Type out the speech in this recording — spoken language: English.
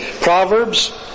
Proverbs